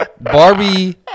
Barbie